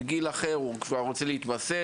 בגיל אחר הוא כבר רוצה להתמסד.